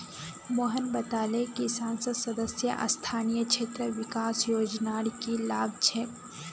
मोहन बताले कि संसद सदस्य स्थानीय क्षेत्र विकास योजनार की लाभ छेक